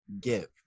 give